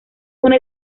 una